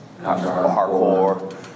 Hardcore